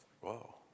Whoa